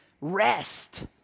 Rest